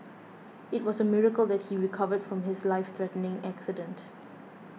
it was a miracle that he recovered from his life threatening accident